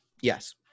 Yes